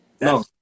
No